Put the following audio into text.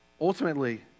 Ultimately